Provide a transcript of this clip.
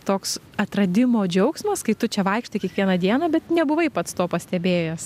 toks atradimo džiaugsmas kai tu čia vaikštai kiekvieną dieną bet nebuvai pats to pastebėjęs